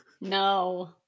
No